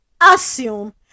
Assume